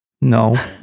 No